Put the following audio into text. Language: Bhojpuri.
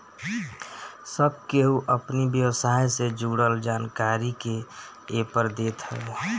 सब केहू अपनी व्यवसाय से जुड़ल जानकारी के एपर देत हवे